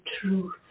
truth